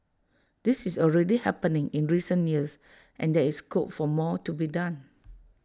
this is already happening in recent years and there is scope for more to be done